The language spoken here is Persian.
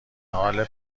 حال